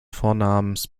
vornamens